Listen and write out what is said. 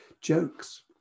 Jokes